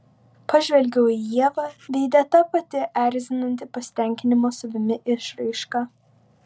pažvelgiau į ievą veide ta pati erzinanti pasitenkinimo savimi išraiška